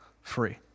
free